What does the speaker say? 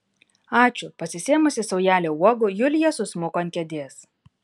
ačiū pasisėmusi saujelę uogų julija susmuko ant kėdės